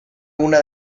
una